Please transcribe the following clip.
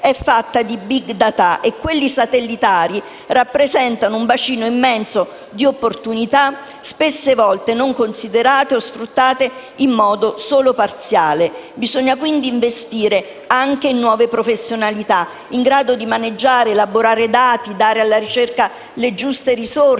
è fatta di *big data*, e quelli satellitari rappresentano un bacino immenso di opportunità, spesse volte non considerate o sfruttate in modo solo parziale. Bisogna pertanto investire anche in nuove professionalità in grado di maneggiare ed elaborare dati, dare alla ricerca le giuste risorse